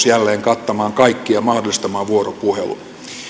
jälleen kattamaan kaikki ja mahdollistamaan vuoropuhelun